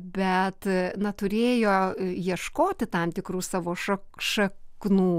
bet na turėjo ieškoti tam tikrų savo šak šaknų šaknų